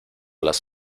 las